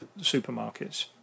supermarkets